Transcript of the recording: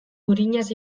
gurinaz